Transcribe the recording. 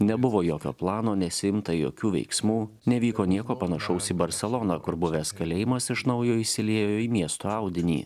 nebuvo jokio plano nesiimta jokių veiksmų nevyko nieko panašaus į barseloną kur buvęs kalėjimas iš naujo įsiliejo į miesto audinį